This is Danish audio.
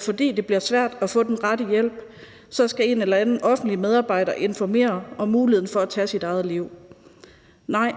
fordi det bliver svært at få den rette hjælp, så skal en eller anden offentlig medarbejder informere om muligheden for at tage ens eget liv. Nej,